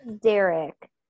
Derek